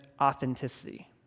authenticity